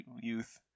youth